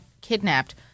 kidnapped